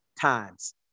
times